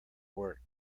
work